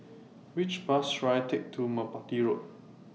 Which Bus should I Take to Merpati Road